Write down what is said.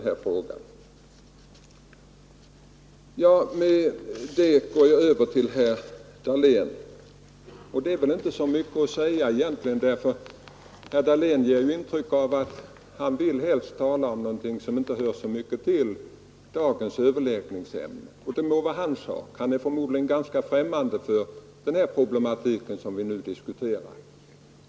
Härefter går jag över till herr Dahlén. Egentligen är det kanske inte så mycket att säga till honom, eftersom herr Dahlén ger intryck av att helst vilja tala om något annat, som inte hör till dagens debattämne. Det må nu vara hans sak. Herr Dahlén är förmodligen ganska främmande för den problematik som vi nu diskuterar.